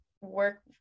work